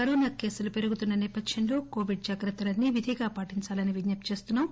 Covid కేసులు పెరుగుతున్న నేపథ్యంలో కోవిడ్ జాగ్రత్తలన్నీ విధిగా పాటించాలని విజ్జప్తి చేస్తున్నాం